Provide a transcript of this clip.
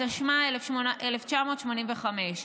התשמ"ה 1985,